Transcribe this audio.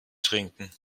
trinken